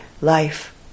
life